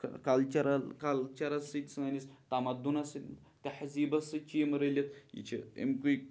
کَ کَلچرَل کَلچَرَس سۭتۍ سٲنِس تَمَدُنَس سۭتۍ تہذیٖبَس سۭتۍ چھِ یِم رٔلِتھ یہِ چھِ امکُے